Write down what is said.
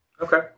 okay